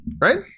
Right